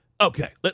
Okay